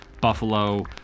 Buffalo